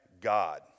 God